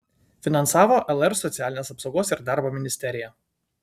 finansavo lr socialinės apsaugos ir darbo ministerija